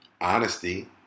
honesty